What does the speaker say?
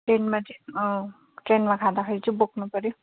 ट्रेनमा चाहिँ ट्रेनमा खाँदाखेरि चाहिँ बोक्नुपऱ्यो